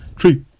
Three